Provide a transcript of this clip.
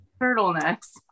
turtlenecks